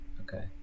Okay